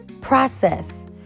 process